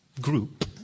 group